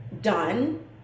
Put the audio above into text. done